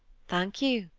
thank you,